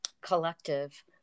collective